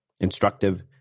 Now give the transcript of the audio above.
instructive